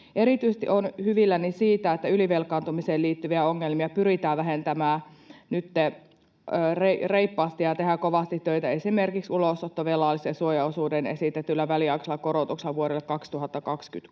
Erityisesti olen hyvilläni siitä, että ylivelkaantumiseen liittyviä ongelmia pyritään vähentämään nytten reippaasti ja tehdään kovasti töitä, esimerkiksi ulosottovelallisen suojaosuuden esitetyllä väliaikaisella korotuksella vuodelle 2023.